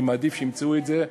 אני מעדיף שימצאו את זה,